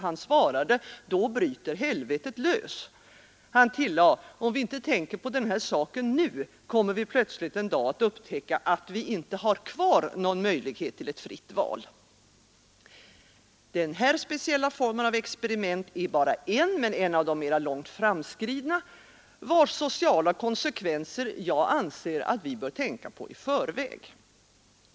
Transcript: Han svarade: ”Då bryter helvetet löst.” Han tillade: ”Om vi inte tänker på den här dag att upptäcka att vi inte har kvar någon möjlighet till ett fritt val.” Denna speciella form av experiment är bara en, men en av de mera långt framskridna, vars sociala konsekvenser jag anser att vi bör tänka på i förväg.